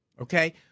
okay